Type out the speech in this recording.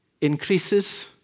increases